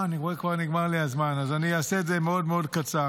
אני רואה שכבר נגמר לי הזמן אז אעשה את זה מאוד מאוד קצר.